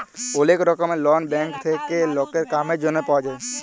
ওলেক রকমের loan bank থেক্যে লকের কামের জনহে পাওয়া যায়